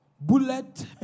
bullet